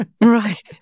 Right